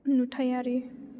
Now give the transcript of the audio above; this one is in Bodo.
नुथायारि